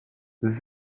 this